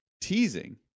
teasing